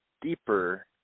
deeper